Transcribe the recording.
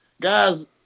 guys